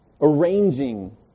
arranging